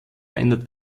verändert